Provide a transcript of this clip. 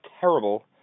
terrible